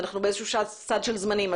ואנחנו באיזשהו סד של זמנים.